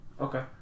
Okay